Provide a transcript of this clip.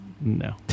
No